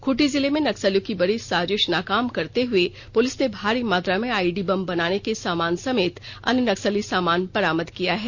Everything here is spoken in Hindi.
खूंटी जिले में नक्सलियों की बड़ी साजिश नाकाम करते हुए पुलिस ने भारी मात्रा में आईईडी बम बनाने के सामान समेत अन्य नक्सली सामान बरामद किया है